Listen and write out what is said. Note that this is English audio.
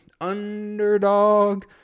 underdog